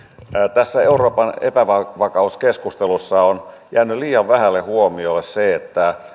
tässä euroopan epävakauskeskustelussa on jäänyt liian vähälle huomiolle se että